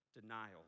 denial